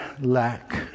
lack